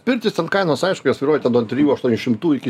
pirtys ten kainos aišku jos svyruoja ten nuo trijų aštuonių šimtų iki